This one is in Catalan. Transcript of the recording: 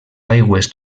aigües